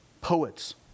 poets